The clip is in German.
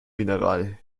mineral